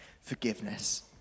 forgiveness